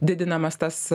didinamas tas